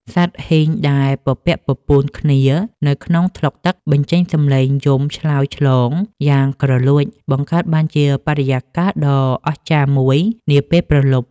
សត្វហ៊ីងដែលពពាក់ពពូនគ្នានៅក្នុងថ្លុកទឹក បញ្ចេញសំនៀងយំឆ្លើយឆ្លងគ្នាយ៉ាងគ្រលួច បង្កើតបានជាបរិយាកាសដ៏អស្ចារ្យមួយនាពេលព្រលប់។